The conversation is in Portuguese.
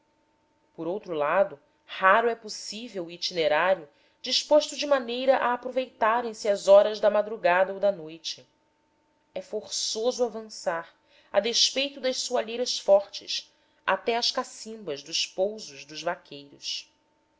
por outro lado raro é possível o itinerário disposto de maneira a aproveitarem se as horas da madrugada ou da noite é forçoso avançar a despeito das soalheiras fortes até às cacimbas dos pousos dos vaqueiros